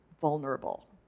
vulnerable